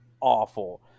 awful